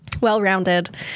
Well-rounded